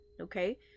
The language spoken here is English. okay